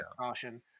caution